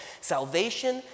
salvation